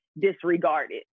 disregarded